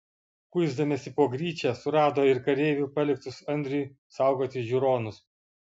kuisdamiesi po gryčią surado ir kareivių paliktus andriui saugoti žiūronus